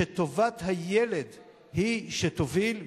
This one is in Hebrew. שטובת הילד היא שתוביל,